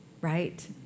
right